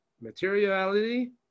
materiality